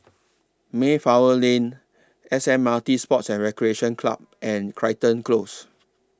Mayflower Lane S M R T Sports and Recreation Club and Crichton Close